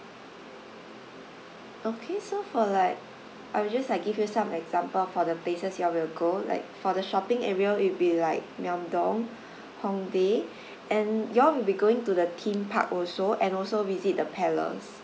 okay so for like I will just like give you some example for the places you all will go like for the shopping area it'd be like myeong dong hongdae and you all will be going to the theme park also and also visit the palace